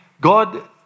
God